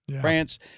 France